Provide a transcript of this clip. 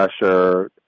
pressure